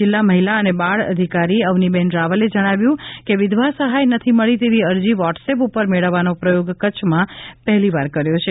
જિલ્લા મહિલા અને બાળ અધિકારી અવનિબેન રાવલે જણાવ્યુ છે કે વિધવા સહાય નથી મળી તેવી અરજી વોટ્સ એપ ઉપર મેળવવાનો પ્રચોગ કચ્છમાં પહેલી વાર કર્યો છે